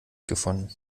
gefunden